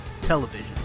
television